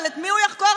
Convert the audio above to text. ואת מי הוא יחקור,